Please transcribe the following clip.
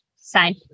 sign